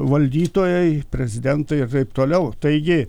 valdytojai prezidentai ir taip toliau taigi